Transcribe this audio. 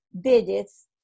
digits